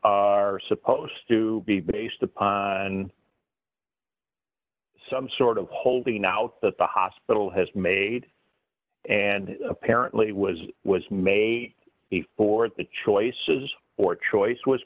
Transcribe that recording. are supposed to be based upon some sort of holding out that the hospital has made and apparently was was made before the choices or choice w